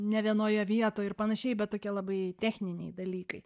ne vienoje vietoj ir panašiai bet tokie labai techniniai dalykai